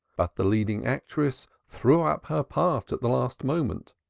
but the leading actress threw up her part at the last moment,